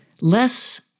less